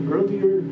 Earlier